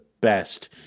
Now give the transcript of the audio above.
best